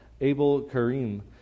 Abel-Karim